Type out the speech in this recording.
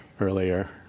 earlier